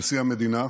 נשיא המדינה,